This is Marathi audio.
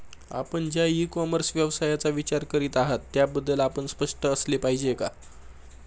आपण ज्या इ कॉमर्स व्यवसायाचा विचार करीत आहात त्याबद्दल आपण स्पष्ट असले पाहिजे का?